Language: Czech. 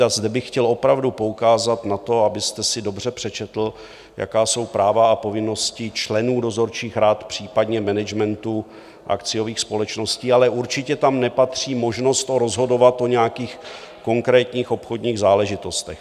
A zde bych chtěl opravdu poukázat na to, abyste si dobře přečetl, jaká jsou práva a povinnosti členů dozorčích rad, případně managementu akciových společností, ale určitě tam nepatří možnost rozhodovat o nějakých konkrétních obchodních záležitostech.